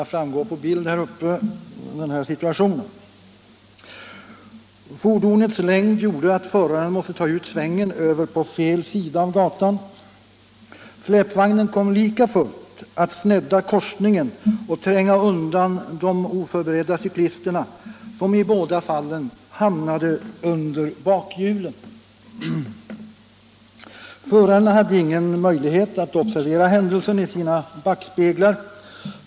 Fordonets längd gjorde att föraren måste ta ut svängen över på fel sida av gatan. Släpvagnen kom likafullt att snedda korsningen och tränga undan de oförberedda cyklisterna, som i båda fallen hamnade under bakhjulen. Förarna hade ingen möjlighet att observera händelsen i sina backspeglar.